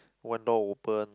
one door open